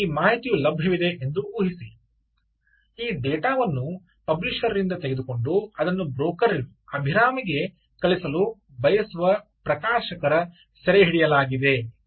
ಈಗ ಈ ಮಾಹಿತಿಯು ಲಭ್ಯವಿದೆ ಎಂದು ಊಹಿಸಿ ಈ ಡೇಟಾವನ್ನು ಪಬ್ಲಿಷರ್ ತೆಗೆದುಕೊಂಡು ಅದನ್ನು ಬ್ರೋಕರ್ ಅಭಿರಾಮಿಗೆ ಕಳಿಸಲು ಬಯಸುವ ಪ್ರಕಾಶಕರ ಸೆರೆಹಿಡಿಯಲಾಗಿದೆ